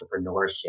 entrepreneurship